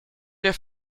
der